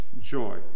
joy